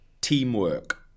Teamwork